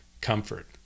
comfort